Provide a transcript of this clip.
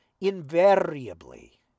Invariably